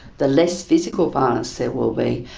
the less physical violence there will be,